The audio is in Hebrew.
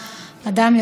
אדוני היושב-ראש,